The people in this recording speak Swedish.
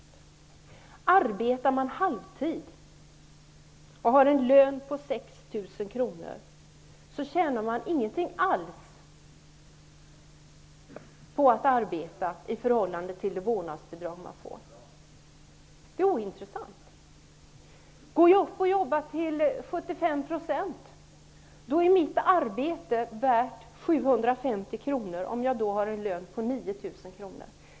Om man arbetar halvtid och har en lön på 6 000 kr tjänar man ingenting alls på att arbeta i förhållande till det vårdnadsbidrag som man får. Att arbeta blir ointressant. Om man går upp i tid till 75 % är arbetet värt 750 kr om lönen är 9 000 kr.